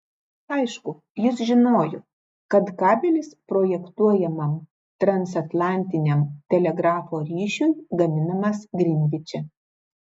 aišku jis žinojo kad kabelis projektuojamam transatlantiniam telegrafo ryšiui gaminamas grinviče